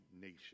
nation